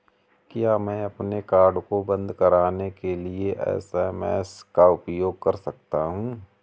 क्या मैं अपने कार्ड को बंद कराने के लिए एस.एम.एस का उपयोग कर सकता हूँ?